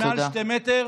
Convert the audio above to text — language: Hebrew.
מעל 2 מטרים